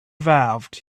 evolved